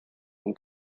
who